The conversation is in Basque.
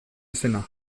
izena